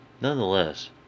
Nonetheless